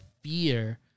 fear